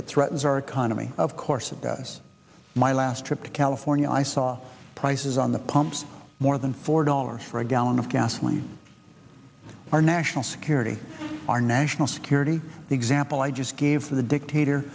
that threatens our economy of course of the us my last trip to california i saw prices on the pump more than four dollars for a gallon of gas when our national security our national security the example i just gave the dictator